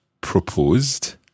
proposed